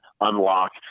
unlock